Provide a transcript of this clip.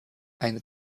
eine